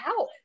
out